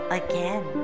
again